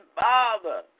Father